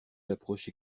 l’approche